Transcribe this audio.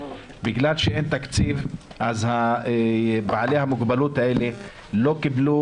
בגלל שאין תקציב אז בעלי המוגבלות לא קיבלו